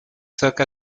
zirka